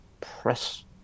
press